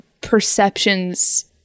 perceptions